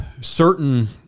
certain